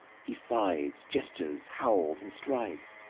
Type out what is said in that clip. he sighs, gestures, howls, and strides.